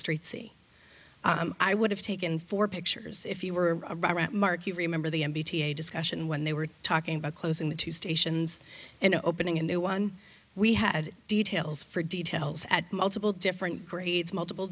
street see i would have taken for pictures if you were around mark you remember the m b t a discussion when they were talking about closing the two stations and opening a new one we had details for details at multiple different grades multiple